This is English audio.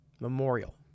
memorial